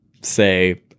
say